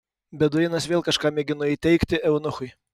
beduinas vėl kažką mėgino įteigti eunuchui